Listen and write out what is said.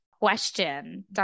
question